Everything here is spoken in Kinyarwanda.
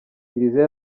kiliziya